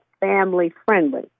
family-friendly